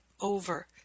over